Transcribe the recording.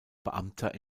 beamter